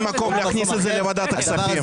אין מקום להכניס את זה לוועדת הכספים.